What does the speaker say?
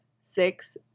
six